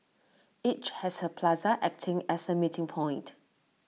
each has A plaza acting as A meeting point